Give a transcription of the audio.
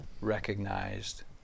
recognized